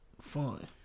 fun